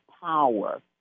power